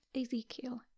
Ezekiel